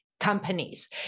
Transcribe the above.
companies